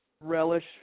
relish